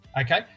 Okay